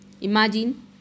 imagine